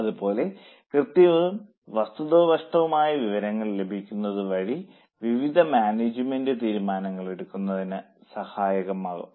അതുപോലെ കൃത്യവും വസ്തുനിഷ്ഠവുമായ വിവരങ്ങൾ ലഭിക്കുന്നത് വഴി വിവിധ മാനേജ്മെന്റ് തീരുമാനങ്ങൾ എടുക്കുന്നതിന് സഹായകമാകുന്നു